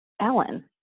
Ellen